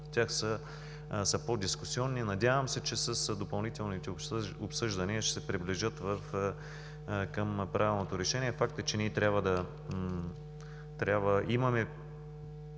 – по-дискусионни. Надявам се, че с допълнителните обсъждания ще се приближат към правилното решение. Факт е, че имаме